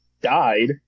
died